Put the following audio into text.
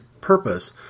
purpose